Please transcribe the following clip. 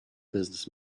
business